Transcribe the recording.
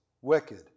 wicked